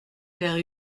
père